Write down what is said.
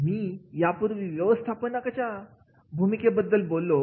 मी यापूर्वी व्यवस्थापनाच्या भूमिकेविषयी बोललो आहे